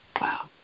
Wow